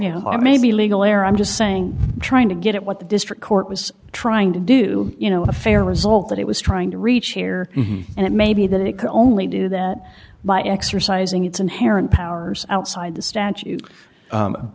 know maybe legal or i'm just saying trying to get at what the district court was trying to do you know a fair result that it was trying to reach here and it may be that it can only do that by exercising its inherent powers outside the statute